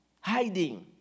hiding